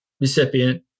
recipient